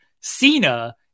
Cena